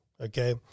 Okay